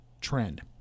trend